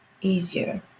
easier